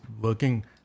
working